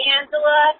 Angela